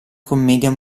commedia